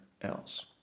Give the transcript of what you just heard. else